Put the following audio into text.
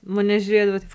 mane žiūrėdavo taip